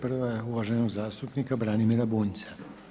Prva je uvaženog zastupnika Branimira Bunjca.